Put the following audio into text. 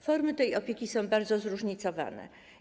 Formy tej opieki są bardzo zróżnicowane.